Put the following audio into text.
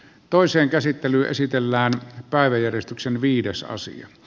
toisen käsittely esitellään päiväjärjestyksen viides aasia